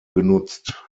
genutzt